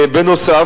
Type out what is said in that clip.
בנוסף,